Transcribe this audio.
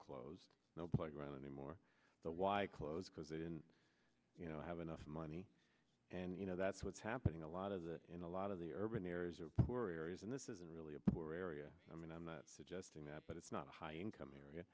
closed no playground anymore why it closed because even you know have enough money and you know that's what's happening a lot of that in a lot of the urban areas or poor areas and this is a really a poor area i mean i'm not suggesting that but it's not a high income